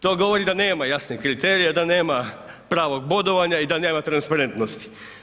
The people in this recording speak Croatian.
To govori da nema jasnih kriterija, da nema pravog bodovanja i da nema transparentnosti.